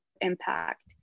impact